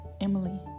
Emily